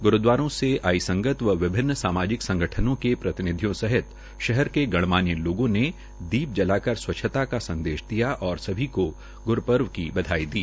ग्रूद्वारों से आई संगत व विभिन्न सामाजिक संगठनों के प्रतिनिधियों सहित शहर के गणमान्य लोगों ने दीप जलाकर स्वच्छता का संदेश दिया और सभी को ग्रूपर्व की बधाई दी